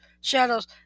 shadows